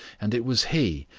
and it was he,